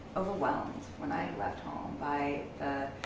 overwhelmed, when i left home, by